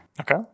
Okay